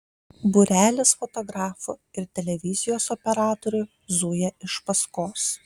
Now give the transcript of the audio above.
būrelis fotografų ir televizijos operatorių zuja iš paskos